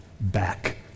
back